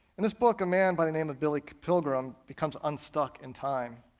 in this book, a man by the name of billy pilgrim becomes unstuck in time.